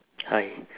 hi